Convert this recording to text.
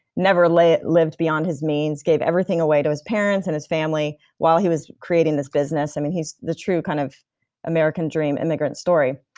never lived lived beyond his means gave everything away to his parents and his family while he was creating this business. i mean he's the true kind of american dream immigrant story.